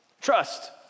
trust